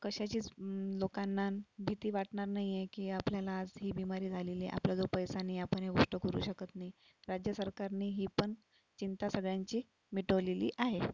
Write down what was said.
कशाचीच लोकांना भीती वाटणार नाही आहे की आपल्याला आज ही बीमारी झालेली आहे आपल्या जवळ पैसा नाही आहे आपण ही गोष्ट करू शकत नाही राज्य सरकारने ही पण चिंता सगळ्यांची मिटवलेली आहे